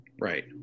Right